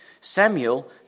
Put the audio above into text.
Samuel